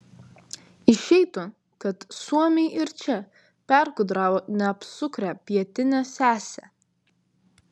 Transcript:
išeitų kad suomiai ir čia pergudravo neapsukrią pietinę sesę